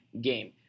game